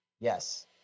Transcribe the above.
Yes